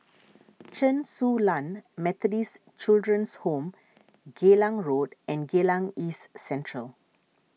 Chen Su Lan Methodist Children's Home Geylang Road and Geylang East Central